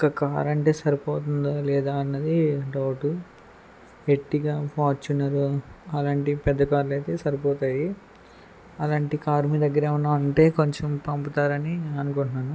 ఒక కారు అంటే సరిపోతుందా లేదా అన్నది డౌటు ఎర్టిగా ఫార్చూనర్ అలాంటి పెద్ద కార్లు అయితే సరిపోతాయి అలాంటి కార్ మీ దగ్గర ఏమన్నా ఉంటే కొంచెం పంపుతారని నేను అనుకుంటున్నాను